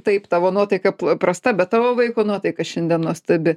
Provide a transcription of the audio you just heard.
taip tavo nuotaika prasta bet tavo vaiko nuotaika šiandien nuostabi